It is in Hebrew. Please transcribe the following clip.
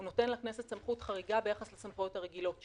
הוא נותן לכנסת סמכות חריגה ביחס לסמכויות החריגות שלה.